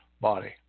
body